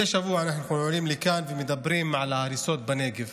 מדי שבוע אנחנו עולים לכאן ומדברים על ההריסות בנגב,